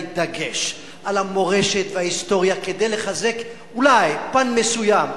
דגש על המורשת וההיסטוריה כדי לחזק אולי פן מסוים,